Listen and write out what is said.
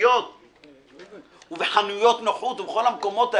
בפיצוציות ובחנויות נוחות ובכל המקומות האלה,